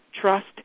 trust